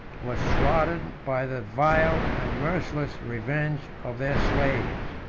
were slaughtered by the vile and merciless revenge of their slaves.